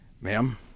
ma'am